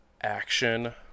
action